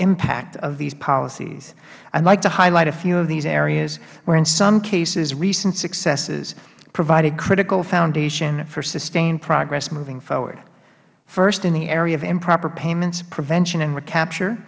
impact of these policies i would like to highlight a few of these areas where in some cases recent successes provided a critical foundation for sustained progress moving forward first in the area of improper payments prevention and recapture